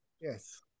Yes